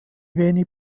wenig